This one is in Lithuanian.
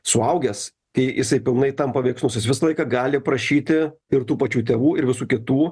suaugęs kai jisai pilnai tampa veiksnus jis visą laiką gali prašyti ir tų pačių tėvų ir visų kitų